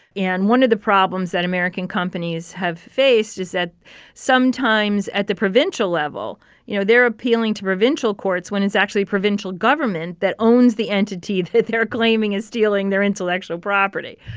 and one of the problems that american companies have faced is that sometimes at the provincial level you know, they're appealing to provincial courts when it's actually provincial government that owns the entity that they're claiming is stealing their intellectual property.